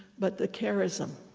but the charism,